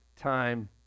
time